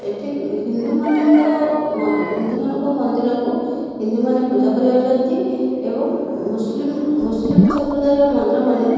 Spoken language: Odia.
ଏଠି ହିନ୍ଦୁମାନଙ୍କର ହିନ୍ଦୁମାନଙ୍କ ମନ୍ଦିରକୁ ହିନ୍ଦୁମାନେ ପୂଜା କରିବାକୁ ଯାଆନ୍ତି ଏବଂ ମୁସଲିମ୍ ମୁସଲିମ୍ ସମ୍ପ୍ରଦାୟର ମନ୍ଦିରମାନେ